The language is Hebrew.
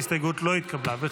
ההסתייגות לא התקבלה.